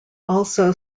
also